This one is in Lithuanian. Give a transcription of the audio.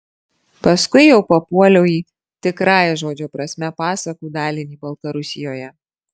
paskui jau papuoliau į tikrąja žodžio prasme pasakų dalinį baltarusijoje